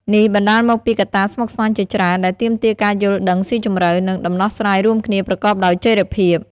នេះបណ្តាលមកពីកត្តាស្មុគស្មាញជាច្រើនដែលទាមទារការយល់ដឹងស៊ីជម្រៅ និងដំណោះស្រាយរួមគ្នាប្រកបដោយចីរភាព។